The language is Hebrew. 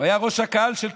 היה ראש הקהל של קלם,